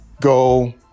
go